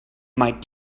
might